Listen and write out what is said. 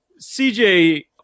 CJ